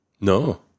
No